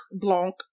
Blanc